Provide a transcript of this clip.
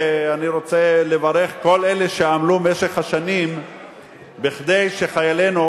אני רוצה לברך את כל אלה שעמלו במשך השנים כדי שחיילינו,